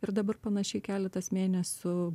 ir dabar panašiai keletas mėnesių